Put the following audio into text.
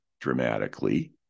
dramatically